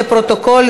לפרוטוקול,